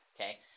Okay